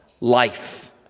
life